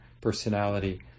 personality